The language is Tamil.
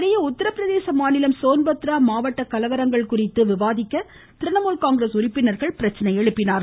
இதனிடையே உத்தரபிரதேச மாநிலம் சோன்பத்ரா மாவட்ட கலவரங்கள் குறித்து விவாதிக்க திரிணாமுல் காங்கிரஸ் உறுப்பினர்கள் பிரச்சனை எழுப்பினார்கள்